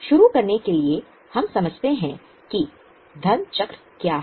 शुरू करने के लिए हमें समझते हैं कि धन चक्र क्या है